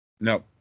No